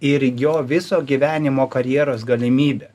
ir jo viso gyvenimo karjeros galimybę